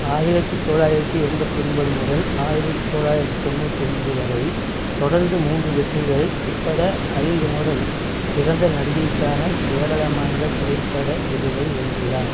ஆயிரத்தி தொள்ளாயிரத்தி எண்பத்தி ஒன்பது முதல் ஆயிரத்தி தொள்ளாயிரத்து தொண்ணூற்றி ஒன்று வரை தொடர்ந்து மூன்று வெற்றிகள் உட்பட ஐந்து முறை சிறந்த நடிகைக்கான கேரள மாநில திரைப்பட விருதை வென்றுள்ளார்